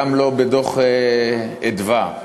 בשום מקום וגם לא בדוח "מרכז אדוה".